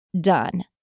done